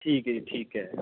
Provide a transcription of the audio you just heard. ਠੀਕ ਹੈ ਜੀ ਠੀਕ ਹੈ